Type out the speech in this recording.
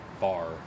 bar